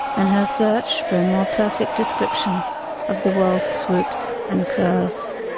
and her search for a more perfect description of the world's swoops and curves.